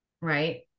Right